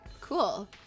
cool